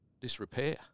disrepair